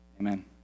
amen